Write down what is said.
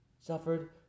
suffered